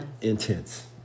Intense